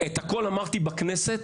את הכול אמרתי בכנסת.